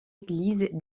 église